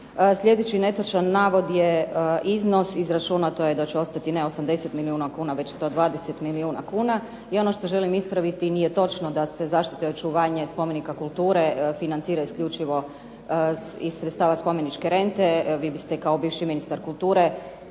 Sljedeći netočan navod je iznos izračunato je da će ostati ne 80 milijuna kuna već 120 milijuna kuna. I ono što želim ispraviti nije točno da se zaštite i očuvanje spomenika kulture financira isključivo iz sredstava spomeničke rente. Vi biste kao bivši ministar kulture,